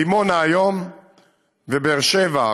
דימונה היום ובאר שבע,